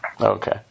Okay